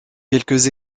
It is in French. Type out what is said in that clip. quelques